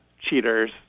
cheaters